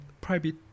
private